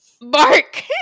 bark